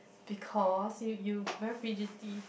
because you you very fidgety